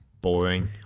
boring